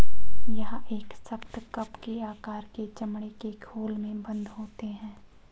यह एक सख्त, कप के आकार के चमड़े के खोल में बन्द होते हैं